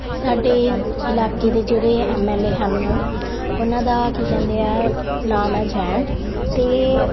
ਸਾਡੇ ਇਲਾਕੇ ਦੇ ਜਿਹੜੇ ਐਮ ਐਲ ਏ ਹਨ ਉਹਨਾਂ ਦਾ ਕੀ ਕਹਿੰਦੇ ਆ ਨਾਮ ਹੈ ਜੈਨ ਅਤੇ